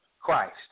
Christ